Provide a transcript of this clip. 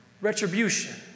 retribution